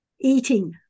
eating